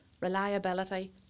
reliability